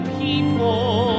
people